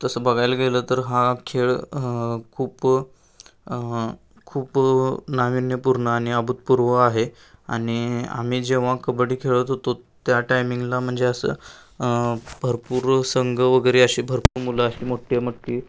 तसं बघायला गेलं तर हा खेळ खूप खूप नाविन्यपूर्ण आणि अभूतपूर्व आहे आणि आम्ही जेव्हा कबड्डी खेळत होतो त्या टायमिंगला म्हणजे असं भरपूर संघ वगैरे अशी भरपूर मुलं अशी मोठी मोठी